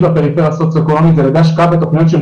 בפריפריה הסוציו אקונומית על ידי השקעה בתוכניות שהן